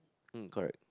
mm correct